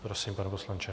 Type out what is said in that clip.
Prosím, pane poslanče.